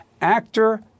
Actor